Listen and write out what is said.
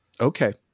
Okay